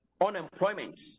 unemployment